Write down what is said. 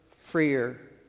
freer